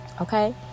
Okay